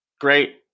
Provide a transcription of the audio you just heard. Great